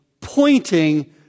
pointing